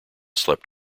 slept